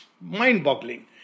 mind-boggling